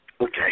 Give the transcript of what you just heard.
Okay